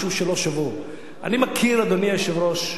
אני מכיר, אדוני היושב-ראש,